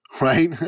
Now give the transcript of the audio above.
right